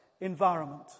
environment